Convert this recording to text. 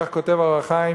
כך כותב ה"אור החיים",